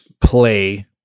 play